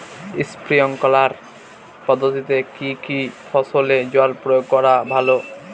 Sprinkler পদ্ধতিতে কি কী ফসলে জল প্রয়োগ করা ভালো?